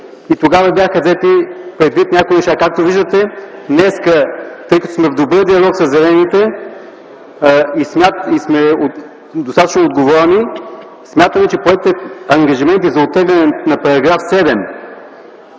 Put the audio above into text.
И тогава бяха взети предвид някои неща. Както виждате днес, тъй като сме в добър диалог със зелените, достатъчно отговорни сме, смятаме, че поетите ангажименти за оттеглянето на § 7